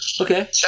okay